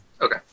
Okay